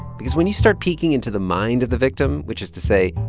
because when you start peeking into the mind of the victim, which is to say,